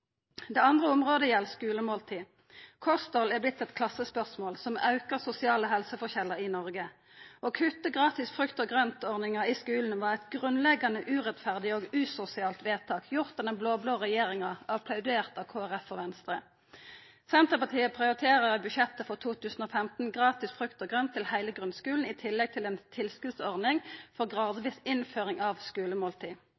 Det andre området gjeld skulemåltid. Kosthald har vorte eit klassespørsmål som aukar sosiale helseforskjellar i Noreg, og kutt i gratis frukt og grønt-ordninga i skulen var eit grunnleggjande urettferdig og usosialt vedtak, gjort av den blå-blå regjeringa og applaudert av Kristeleg Folkeparti og Venstre. Senterpartiet prioriterer i budsjettet for 2015 gratis frukt og grønt i heile grunnskulen i tillegg til ei tilskotsordning for